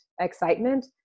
excitement